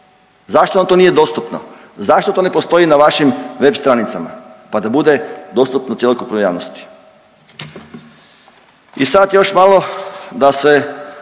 zašto nam to nije dostupno, zašto to ne postoji na vašim web stranicama, pa da bude dostupno cjelokupnoj javnosti?